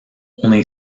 only